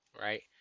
right